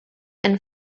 and